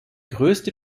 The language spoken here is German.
größte